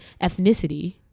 ethnicity